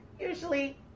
usually